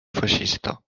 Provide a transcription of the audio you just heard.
feixista